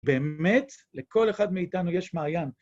באמת, לכל אחד מאיתנו יש מעיין.